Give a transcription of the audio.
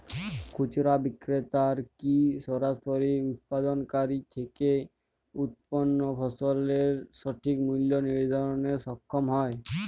খুচরা বিক্রেতারা কী সরাসরি উৎপাদনকারী থেকে উৎপন্ন ফসলের সঠিক মূল্য নির্ধারণে সক্ষম হয়?